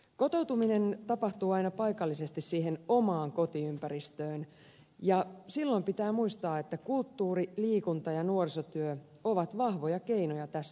kotoutuminen tapahtuu aina paikallisesti siihen omaan kotiympäristöön ja silloin pitää muistaa että kulttuuri liikunta ja nuorisotyö ovat vahvoja keinoja tässä työssä